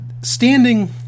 standing